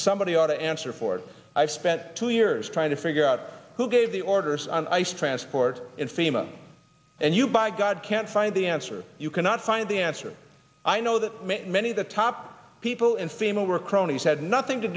somebody ought to answer for it i spent two years trying to figure out who gave the orders on ice transport in fema and you by god can't find the answer you cannot find the answer i know that many of the top people in fema were cronies had nothing to